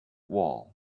wall